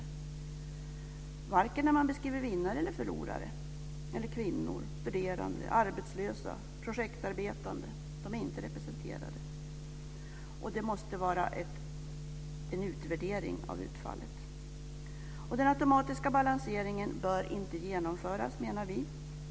Det gäller oavsett om man beskriver vinnare eller förlorare. Varken kvinnor, studerande, arbetslösa, studerande eller projektarbetare är representerade. Det måste göras en utvärdering av utfallet. Vi menar att den automatiska balanseringen inte bör genomföras.